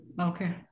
okay